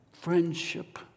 friendship